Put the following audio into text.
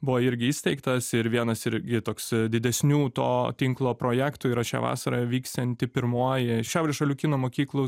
buvo irgi įsteigtas ir vienas irgi toks didesnių to tinklo projektų yra šią vasarą vyksianti pirmoji šiaurės šalių kino mokyklų